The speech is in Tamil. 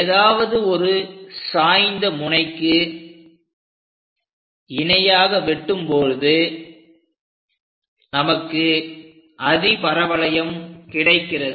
ஏதாவது ஒரு சாய்ந்த முனைக்கு இணையாக வெட்டும் பொழுது நமக்கு அதிபரவளையம் கிடைக்கிறது